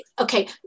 Okay